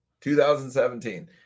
2017